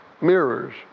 mirrors